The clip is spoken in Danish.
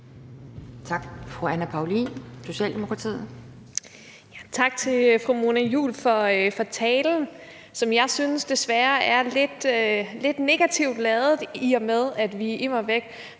17:48 Anne Paulin (S): Tak til fru Mona Juul for talen, som jeg synes desværre er lidt negativt ladet, i og med at vi immer væk